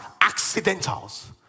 accidentals